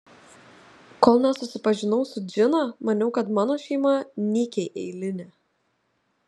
kol nesusipažinau su džina maniau kad mano šeima nykiai eilinė